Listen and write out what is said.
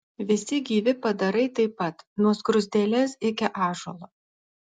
visi gyvi padarai taip pat nuo skruzdėlės iki ąžuolo